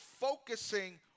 focusing